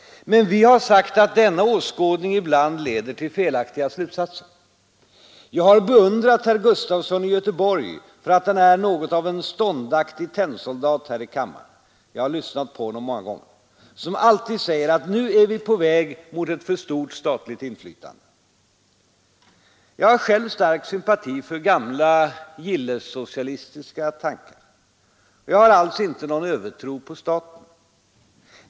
Men vi har sagt att denna åskådning ibland leder till felaktiga slutsatser. Jag har beundrat herr Gustafson i Göteborg för att han är något av en ståndaktig tennsoldat här i kammaren — jag har lyssnat på honom många gånger — som alltid säger att nu är vi på väg mot ett för stort statligt inflytande. Jag har också själv stark sympati för gamla gillessocialistiska tankar, och jag har inte alls någon övertro på staten.